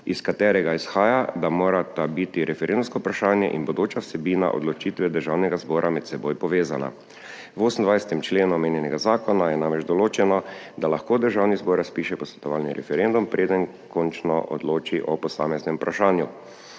iz katerega izhaja, da morata biti referendumsko vprašanje in bodoča vsebina odločitve Državnega zbora med seboj povezana. V 28. členu omenjenega zakona je namreč določeno, da lahko Državni zbor razpiše posvetovalni referendum, preden končno odloči o posameznem vprašanju.